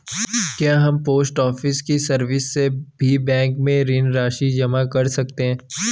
क्या हम post office की सर्विस से भी बैंक में ऋण राशि जमा कर सकते हैं?